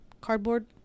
cardboard